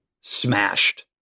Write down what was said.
smashed